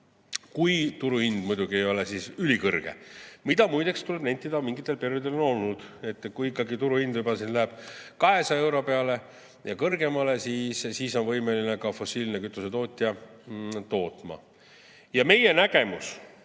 kui turuhind muidugi ei ole siis ülikõrge, mida, muideks, tuleb nentida, mingitel perioodidel on olnud. Kui ikkagi turuhind juba läheb 200 euro peale ja kõrgemale, siis on võimeline ka fossiilse kütuse tootja tootma. Meie nägemus